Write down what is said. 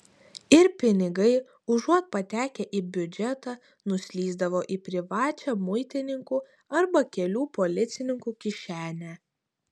ir pinigai užuot patekę į biudžetą nuslysdavo į privačią muitininkų arba kelių policininkų kišenę